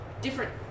different